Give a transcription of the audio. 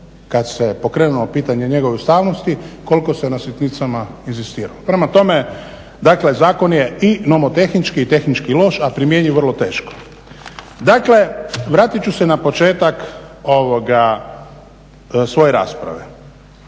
Kad se pokrenulo pitanje njegove ustavnosti koliko se na sitnice inzistiralo. Prema tome dakle zakon je i nomotehnički i tehnički loš, a primjenjiv vrlo teško. Dakle, vratit ću se na početak svoje rasprave.